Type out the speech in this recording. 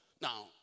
Now